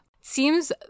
Seems